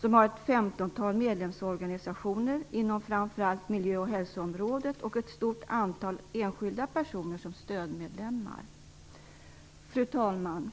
som har ett femtontal medlemsorganisationer inom framför allt miljö och hälsoområdet och ett stort antal enskilda personer som stödmedlemmar. Fru talman!